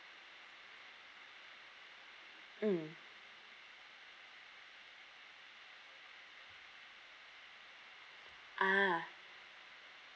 mm ah